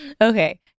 Okay